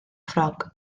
ffrog